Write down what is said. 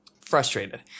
Frustrated